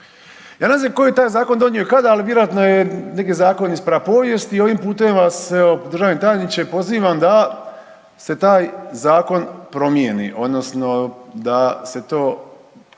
Ja ne znam tko je taj zakon donio i kada ali vjerojatno je neki zakon iz prapovijesti i ovim putem vas evo državni tajniče pozivam da se taj zakon promijeni odnosno da se to,